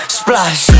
splash